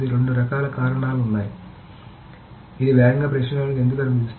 రెండు కారణాలు ఉన్నాయి ఇది వేగంగా ప్రశ్నించడానికి ఎందుకు అనుమతిస్తుంది